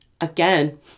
again